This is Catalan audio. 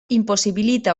impossibilita